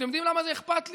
אתם יודעים למה זה אכפת לי?